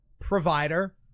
provider